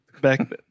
Back